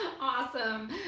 Awesome